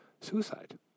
suicide